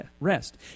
rest